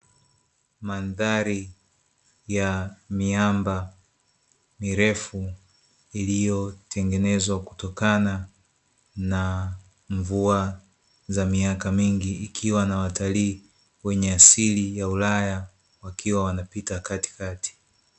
Mandhari ya miamba mirefu, iliyotengenezwa kutokana na mvua za miaka mingi, ikiwa na watalii wenye asili ya ulaya wakiwa wanapita katikati.